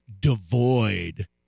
devoid